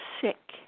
sick